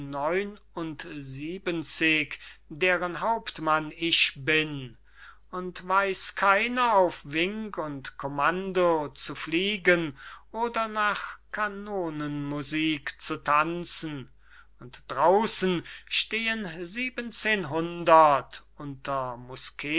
stehen neun und siebenzig deren hauptmann ich bin und weiß keiner auf wink und kommando zu fliegen oder nach kanonen musik zu tanzen und draussen steh'n siebenzehnhundert unter